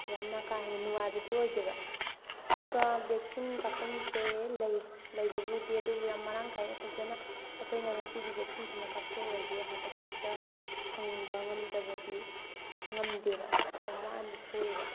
ꯌꯥꯝꯅ ꯀꯥ ꯍꯦꯟꯅ ꯅꯨꯡꯉꯥꯏꯕꯗꯤ ꯑꯣꯏꯗꯦꯕ ꯑꯗꯨꯒ ꯕꯦꯛꯁꯤꯟ ꯀꯥꯐꯝꯁꯦ ꯂꯩ ꯂꯩꯕꯕꯨꯗꯤ ꯑꯗꯨꯕꯨ ꯌꯥꯝ ꯃꯔꯥꯡ ꯀꯥꯏꯅ ꯐꯖꯅ ꯑꯩꯈꯣꯏꯅ ꯉꯁꯤꯗꯤ ꯕꯦꯛꯁꯤꯟꯁꯤꯃ ꯀꯥꯞꯊꯣꯛꯎꯔꯒꯦ ꯍꯥꯏꯕꯗ ꯍꯦꯛꯇ ꯐꯪꯕ ꯉꯝꯗꯕꯗꯤ ꯉꯝꯗꯦꯕ ꯌꯥꯝ ꯋꯥꯅꯗꯤ ꯊꯣꯛꯑꯦꯕ